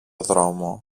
δρόμο